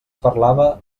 parlava